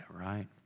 right